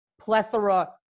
plethora